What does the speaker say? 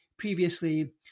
Previously